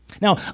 Now